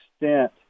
extent